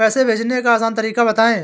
पैसे भेजने का आसान तरीका बताए?